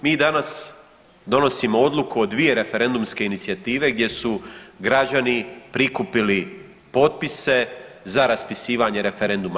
Mi danas donosimo odluku o dvije referendumske inicijative gdje su građani prikupili potpise za raspisivanje referenduma.